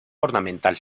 ornamental